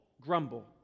grumble